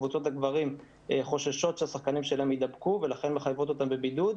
קבוצות הגברים חוששות שהשחקנים שלהם יידבקו ולכן מחייבות אותם בבידוד.